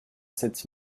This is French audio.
sept